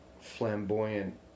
flamboyant